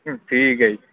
ਠੀਕ ਐ ਜੀ